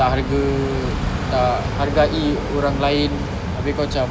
tak harga tak hargai orang lain abeh kau cam